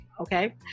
okay